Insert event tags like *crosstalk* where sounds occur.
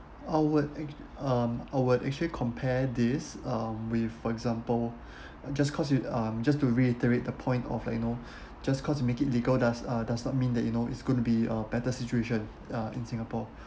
I would ac~ um I would actually compare this um with for example *breath* just cause it um just to reiterate the point of like you know *breath* just cause you make it legal does uh does not mean that you know it's gonna be uh better situation uh in singapore